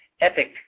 epic